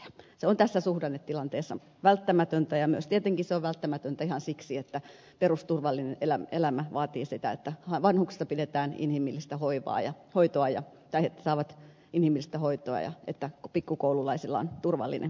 se on tässä suhdannetilanteessa välttämätöntä ja myös tietenkin se on välttämätöntä ihan siksi että perusturvallinen elämä vaatii sitä että vanhukset saavat inhimillistä hoitoa ja hoitoajat taitavat ihmistä hoitoa ja että pikkukoululaisilla on turvallinen koulupäivä